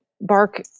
bark